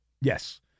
Yes